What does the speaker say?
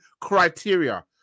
criteria